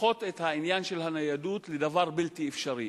הופכות את העניין של הניידות לדבר בלתי אפשרי.